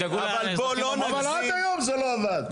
ידאגו לאזרחים --- אבל עד היום זה לא עבד.